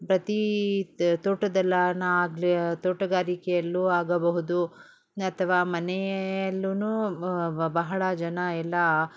ಪ್ರತೀ ತೋಟದಲ್ಲಾನ ಆಗಲಿ ತೋಟಗಾರಿಕೆಯಲ್ಲೂ ಆಗಬಹುದು ಅಥ್ವಾ ಮನೆಯಲ್ಲು ಬಹಳ ಜನ ಎಲ್ಲ